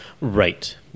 Right